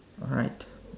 alright